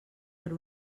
per